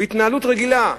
בהתנהלות רגילה,